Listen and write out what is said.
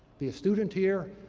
be a student here,